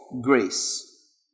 grace